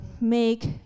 make